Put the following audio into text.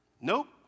Nope